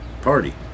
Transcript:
party